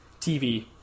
TV